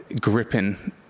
gripping